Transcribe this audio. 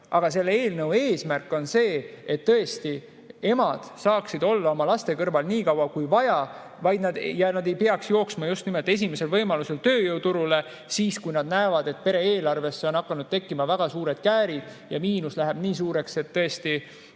hoidma. Eelnõu eesmärk on see, et tõesti emad saaksid olla oma laste kõrval nii kaua kui vaja ja nad ei peaks esimesel võimalusel jooksma tööjõuturule, kui nad näevad, et pere eelarvesse on hakanud tekkima väga suured käärid ja miinus läheb nii suureks, et tõesti